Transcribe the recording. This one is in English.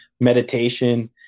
meditation